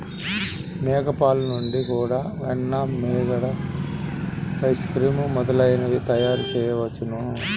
మేక పాలు నుండి కూడా వెన్న, మీగడ, ఐస్ క్రీమ్ మొదలైనవి తయారుచేయవచ్చును